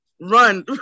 run